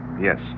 yes